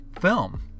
film